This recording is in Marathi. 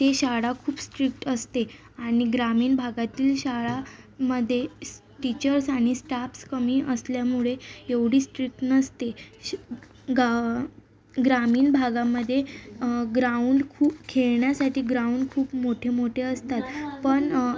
ती शाळा खूप स्ट्रिक्ट असते आणि ग्रामीण भागातील शाळामध्ये स टीचर्स आणि स्टाफ्स कमी असल्यामुळे एवढी स्ट्रिक्ट नसते श गा ग्रामीण भागामध्ये ग्राउंड खू खेळण्यासाठी ग्राउंड खूप मोठे मोठे असतात पण